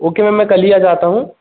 okay ma'am मैं कल ही आ जाता हूँ